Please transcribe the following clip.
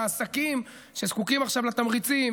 העסקים שזקוקים עכשיו לתמריצים,